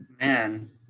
Man